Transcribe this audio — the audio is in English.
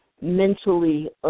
mentally